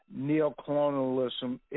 neocolonialism